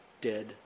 dead